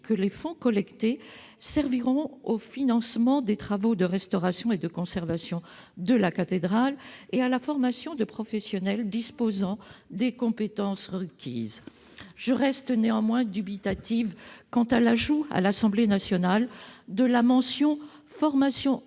que les fonds collectés serviront au financement des travaux de restauration et de conservation de la cathédrale et à la formation de professionnels disposant des compétences requises. Je reste néanmoins dubitative quant à l'ajout, à l'Assemblée nationale, d'une référence à la formation «